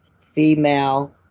female